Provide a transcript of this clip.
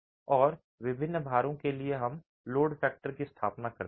और विभिन्न भारों के लिए हम लोड फैक्टर की स्थापना करते हैं